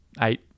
eight